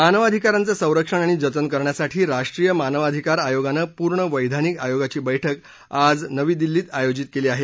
मानवी अधिकाराचं संरक्षण आणि जतन करण्यासंबंधी राष्ट्रीय मानवाधिकार आयोगानं पूर्ण वैधानिक आयोगाची बैठक आज नवी दिल्ली इथं अयोजित केली आहे